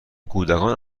کودکان